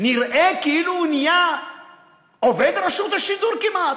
נראה כאילו הוא נהיה עובד רשות השידור כמעט,